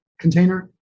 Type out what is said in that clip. container